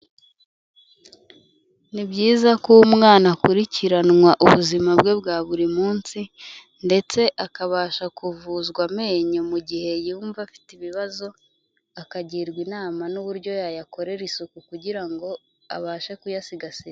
Ni byiza ko umwana akurikiranwa ubuzima bwe bwa buri munsi ndetse akabasha kuvuzwa amenyo, mu gihe yumva afite ibibazo, akagirwa inama n'uburyo yayakorera isuku kugira ngo abashe kuyasigasira.